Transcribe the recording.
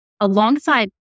alongside